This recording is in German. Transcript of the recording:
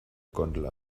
gondel